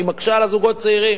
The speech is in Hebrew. היא מקשה על הזוגות הצעירים.